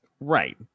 right